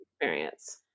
Experience